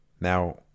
Now